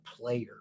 player